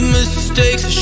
mistakes